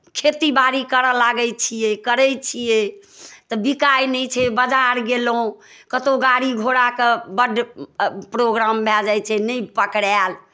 खेती बारी करय लागै छियै करै छियै तऽ बिकै नहि छै बजार गेलहुँ कतहु गाड़ी घोड़ाके बड्ड प्रोग्राम भए जाइत छै नहि पकड़ायल